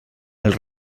els